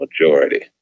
majority